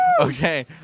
Okay